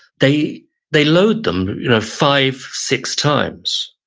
they they load them five, six times.